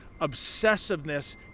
obsessiveness